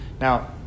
Now